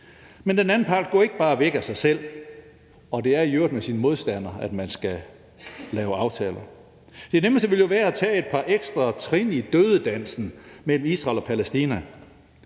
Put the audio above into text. Men den anden part går ikke bare væk af sig selv, og det er i øvrigt med sin modstander, at man skal lave aftaler. Det nemmeste ville jo være at tage et par ekstra trin i dødedansen mellem Israel og Palæstina.